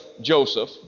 Joseph